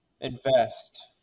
invest